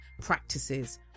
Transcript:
practices